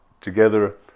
together